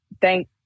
thank